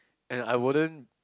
and I wouldn't